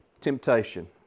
temptation